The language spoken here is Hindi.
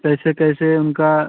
कैसे कैसे उनका